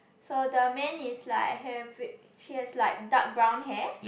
so the man is like have it he has like dark brown hair